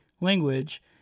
language